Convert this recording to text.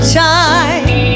time